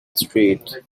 street